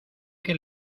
que